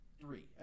three